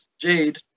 Jade